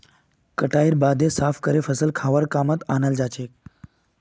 कटाईर बादे फसल साफ करे खाबार कामत अनाल जाछेक